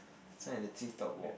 this one the Treetop Walk